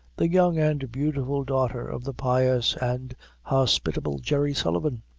the young and beautiful daughter of the pious and hospitable jerry sullivan.